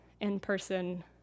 in-person